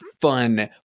fun